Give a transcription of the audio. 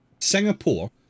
singapore